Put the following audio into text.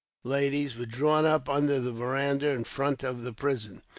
ladies, were drawn up under the veranda in front of the prison.